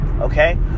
Okay